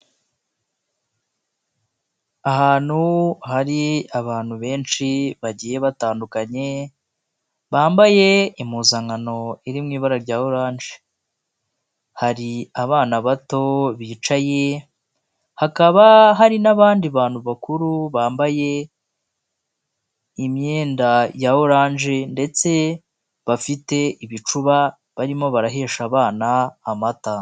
Ahantu hari abantu benshi bagiye batandukanye bambaye impuzankano iri mu ibara rya oranje, hari abana bato bicaye, hakaba hari n'abandi bantu bakuru bambaye imyenda ya oranje ndetse bafite ibicuba barimo barahesha abana amata.